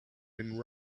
been